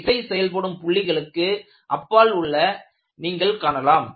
விசை செயல்படும் புள்ளிகளுக்கு அப்பால் உள்ளதை நீங்கள் படத்தில் காணலாம்